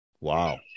Wow